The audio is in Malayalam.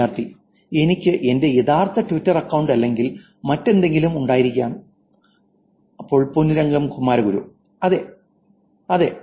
വിദ്യാർത്ഥി എനിക്ക് എന്റെ യഥാർത്ഥ ട്വിറ്റർ അക്കൌണ്ട് അല്ലെങ്കിൽ മറ്റെന്തെങ്കിലും ഉണ്ടായിരിക്കാം പൊന്നുരംഗം കുമാരഗുരു അതെ അതെ